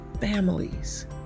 families